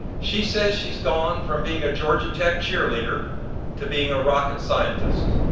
she says she's gone from being a georgia tech cheerleader to being a rocket scientist.